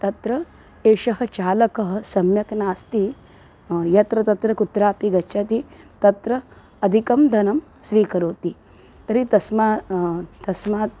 तत्र एषः चालकः सम्यक् नास्ति यत्र तत्र कुत्रापि गच्छति तत्र अधिकं धनं स्वीकरोति तर्हि तस्मात् तस्मात्